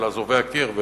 אל אזובי הקיר,